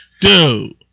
dude